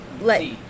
let